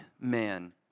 man